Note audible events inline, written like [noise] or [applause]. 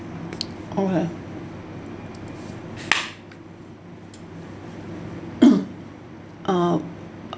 okay [coughs] uh